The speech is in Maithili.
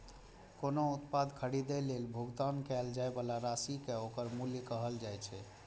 कोनो उत्पाद खरीदै लेल भुगतान कैल जाइ बला राशि कें ओकर मूल्य कहल जाइ छै